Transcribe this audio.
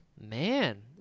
Man